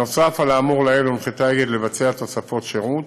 נוסף על האמור לעיל הונחתה אגד לבצע תוספות שירות.